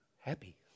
happy